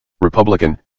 Republican